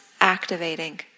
activating